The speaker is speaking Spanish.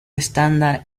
estándar